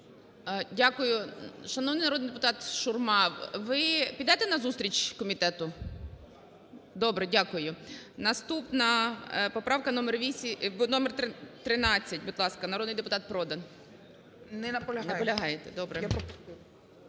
Дякую. Шановний народний депутат Шурма, ви підете назустріч комітету? Добре. Дякую. Наступна поправка номер 13. Будь ласка, народний депутат Продан. 13:02:29 ПРОДАН О.П.